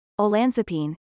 olanzapine